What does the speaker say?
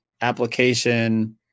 application